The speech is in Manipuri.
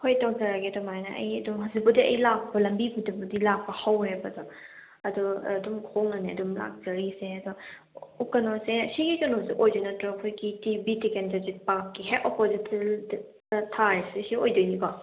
ꯍꯣꯏ ꯇꯧꯖꯔꯛꯑꯒꯦ ꯑꯗꯨꯃꯥꯏꯅ ꯑꯩ ꯑꯗꯨ ꯍꯧꯖꯤꯛꯄꯨꯗꯤ ꯑꯩ ꯂꯥꯛꯄ ꯂꯝꯕꯤꯗꯨꯗꯕꯨꯗꯤ ꯂꯥꯛꯄ ꯍꯧꯔꯦꯕ ꯑꯗꯣ ꯑꯗꯣ ꯑꯗꯨꯝ ꯈꯣꯡꯅꯅꯦ ꯑꯗꯨꯝ ꯂꯥꯛꯆꯔꯤꯁꯦ ꯑꯗꯣ ꯀꯩꯅꯣꯁꯦ ꯁꯤꯒꯤ ꯀꯩꯅꯣꯁꯦ ꯑꯣꯏꯗꯣꯏ ꯅꯠꯇ꯭ꯔꯣ ꯑꯩꯈꯣꯏꯒꯤ ꯕꯤꯔ ꯇꯤꯀꯦꯟꯗ꯭ꯔꯖꯤꯠ ꯄꯥꯛꯀꯤ ꯍꯦꯛ ꯑꯣꯄꯣꯖꯤꯠꯇꯨꯗ ꯊꯥꯔꯤꯁꯤ ꯁꯤ ꯑꯣꯏꯗꯣꯏꯅꯤꯀꯣ